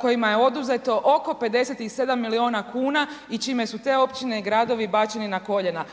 kojima je oduzeto oko 57 milijuna kuna i čime su te Općine i Gradovi bačeni na koljena.